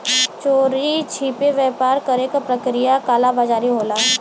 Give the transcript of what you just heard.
चोरी छिपे व्यापार करे क प्रक्रिया कालाबाज़ारी होला